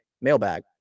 mailbag